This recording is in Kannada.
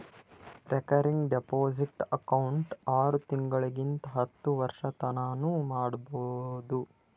ರೇಕರಿಂಗ್ ಡೆಪೋಸಿಟ್ ಅಕೌಂಟ್ ಆರು ತಿಂಗಳಿಂತ್ ಹತ್ತು ವರ್ಷತನಾನೂ ಮಾಡ್ಬೋದು